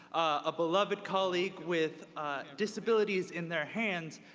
a beloved colleague with disabilities in their hands,